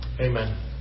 Amen